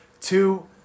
Two